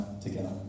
together